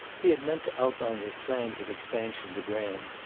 he had meant to outline his plans of expansion to graham,